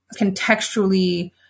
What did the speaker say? contextually